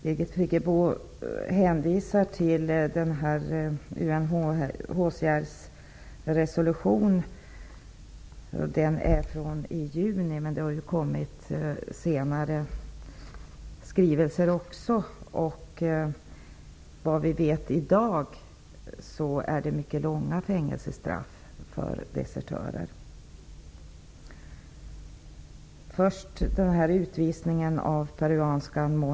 Birgit Friggebo hänvisar till UNHCR:s resolution från juni, men det har ju kommit skrivelser därifrån också senare, och såvitt vi vet i dag får desertörer mycket långa fängelsestraff. Sverige negativ internationell uppmärksamhet.